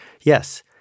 yes